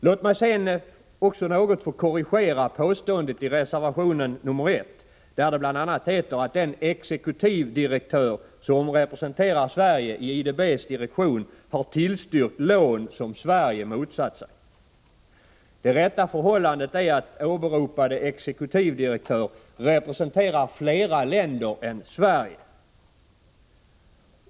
Låt mig sedan få korrigera påståendet i reservation nr 1 att den exekutivdirektör som representerar Sverige i IDB:s direktion har tillstyrkt lån som Sverige motsatt sig. Det rätta förhållandet är att den åberopade exekutivdirektören representerar flera länder förutom Sverige.